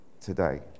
today